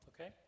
okay